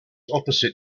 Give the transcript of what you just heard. opposite